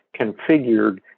configured